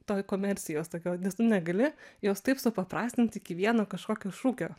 toj komercijos tokioj negali jos taip supaprastint iki vieno kažkokio šūkio